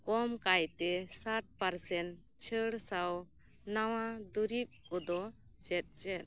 ᱠᱚᱢ ᱠᱟᱭᱛᱮ ᱥᱟᱴ ᱯᱟᱨᱥᱮᱱᱴ ᱪᱷᱟᱹᱲ ᱥᱟᱶ ᱱᱟᱣᱟ ᱫᱚᱨᱤᱵᱽ ᱠᱚᱫᱚ ᱪᱮᱫ ᱪᱮᱫ